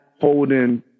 holding